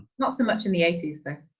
not so much in the eighty s though